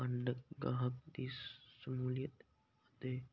ਵੰਡ ਗਾਹਕ ਦੀ ਸ਼ਮੂਲੀਅਤ ਅਤੇ